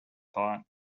thought